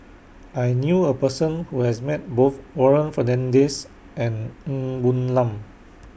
I knew A Person Who has Met Both Warren Fernandez and Ng Woon Lam